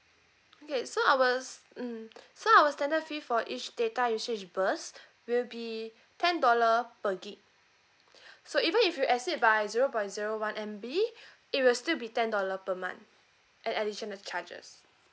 okay so our mm so our standard fees for each data usually is burst will be ten dollar per git so even if you exceed by zero point zero one M_B it will still be ten dollar per month an additional charges